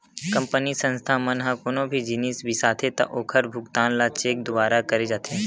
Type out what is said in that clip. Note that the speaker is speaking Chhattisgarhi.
कंपनी, संस्था मन ह कोनो भी जिनिस बिसाथे त ओखर भुगतान ल चेक दुवारा करे जाथे